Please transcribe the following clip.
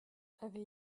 avait